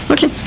Okay